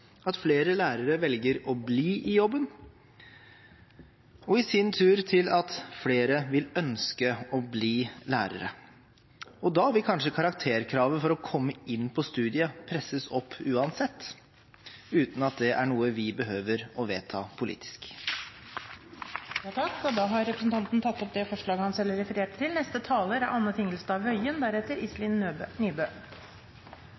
at flere lærere vil trives i jobben, at flere lærere velger å bli i jobben, og i sin tur til at flere vil ønske å bli lærere. Da vil kanskje karakterkravet for å komme inn på studiet presses opp uansett, uten at det er noe vi behøver å vedta politisk. Representanten Anders Tyvand har hatt opp det forslaget han refererte til. Det er